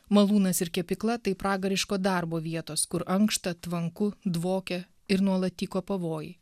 malūnas ir kepykla tai pragariško darbo vietos kur ankšta tvanku dvokia ir nuolat tyko pavojai